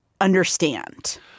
understand